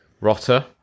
rotter